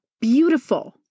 beautiful